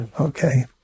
okay